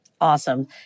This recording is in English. Awesome